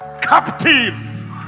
captive